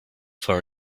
for